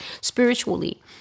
spiritually